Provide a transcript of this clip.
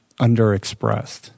underexpressed